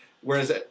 whereas